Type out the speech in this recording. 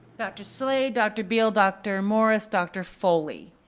dr. slade, dr. beale, dr. morris, dr. foley.